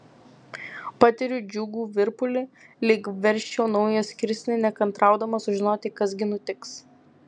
patiriu džiugų virpulį lyg versčiau naują skirsnį nekantraudama sužinoti kas gi nutiks